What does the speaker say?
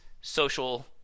Social